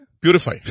purify